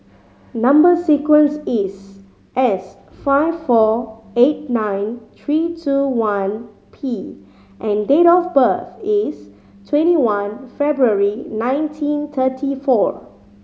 number sequence is S five four eight nine three two one P and date of birth is twenty one February nineteen thirty four